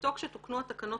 ובשעתו כשתוקנו התקנות